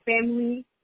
family